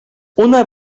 una